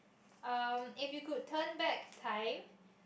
um if you could turn back time